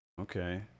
okay